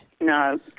No